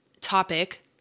topic